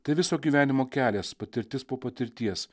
tai viso gyvenimo kelias patirtis po patirties